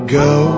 go